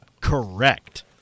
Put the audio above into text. Correct